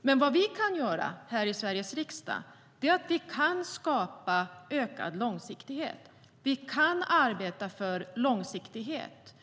Vad vi kan göra här i Sveriges riksdag är att skapa ökad långsiktighet. Vi kan arbeta för långsiktighet.